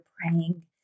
praying